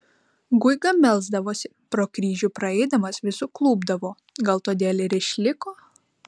guiga melsdavosi pro kryžių praeidamas vis suklupdavo gal todėl ir išliko